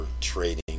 trading